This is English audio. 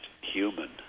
human